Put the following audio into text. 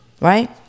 Right